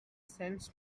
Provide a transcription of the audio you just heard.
sends